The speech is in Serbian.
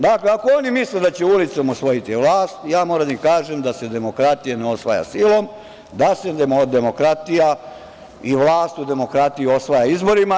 Dakle, ako oni misle da će ulicom osvojiti vlast, moram da im kažem da se demokratija ne osvaja silom, da se demokratija i vlast u demokratiji osvaja izborima.